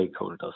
stakeholders